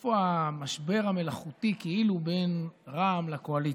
ואיפה המשבר המלאכותי כאילו בין רע"מ לקואליציה.